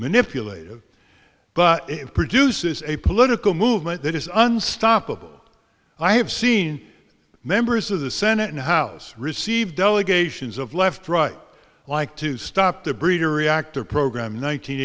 manipulative but it produces a political movement that is unstoppable i have seen members of the senate and house receive delegations of left right like to stop the breeder reactor program